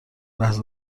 لحظه